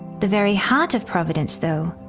the very heart of providence, though,